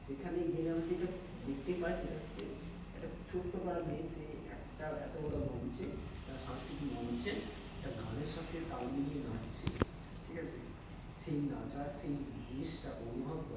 সেখানে গেলে আমরা যেটা দেখতে পাই সেটা হচ্ছে একটা ছোট্ট পাড়ার মেয়ে সে একটা এত বড় মঞ্চে সাংস্কৃতিক মঞ্চে একটা গানের সাথে তাল মিলিয়ে নাচছে ঠিক আছে সেই নাচা সেই জিনিসটাকে অনুভব করা